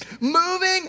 Moving